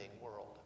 world